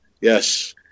Yes